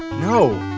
no!